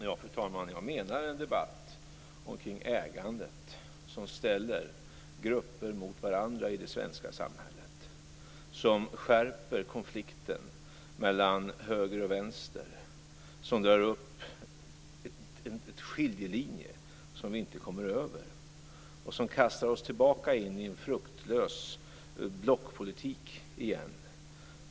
Fru talman! Jag menar en debatt omkring ägandet som ställer grupper mot varandra i det svenska samhället, som skärper konflikten mellan höger och vänster, som drar upp en skiljelinje som vi inte kommer över och som kastar oss tillbaka in i en fruktlös blockpolitik igen.